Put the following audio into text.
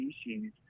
species